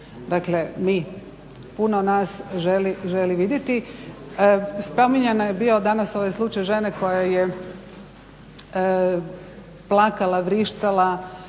Dakle, mi, puno nas želi vidjeti. Spominjan je bio danas ovaj slučaj žene koja je plakala, vrištala,